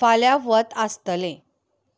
फाल्यां वत आसतलें